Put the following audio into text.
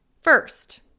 First